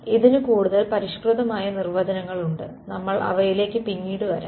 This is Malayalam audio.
ഇതിന് കൂടുതൽ പരിഷ്കൃതമായ നിർവചനങ്ങൾ ഉണ്ട് നമ്മൾ അവയിലേക്ക് പിന്നീട് വരാം